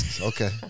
okay